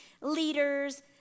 leaders